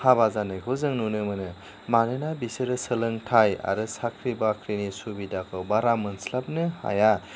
हाबा जानायखौ जों नुनो मोनो मानोना बिसोरो सोलोंथाइ आरो साख्रि बाख्रिनि सुबिदाखौ बारा मोनस्लाबनो हाया